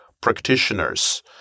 practitioners